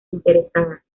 interesadas